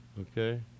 Okay